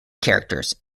characters